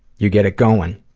you get it going,